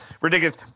ridiculous